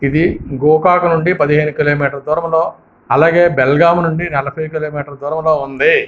ఇది గోకాక్ నుండి పదిహేను కిలోమీటర్ల దూరంలో అలాగే బెల్గాం నుండి నలభై కిలోమీటర్ల దూరంలో ఉంది